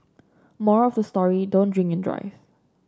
moral of the story don't drink and drive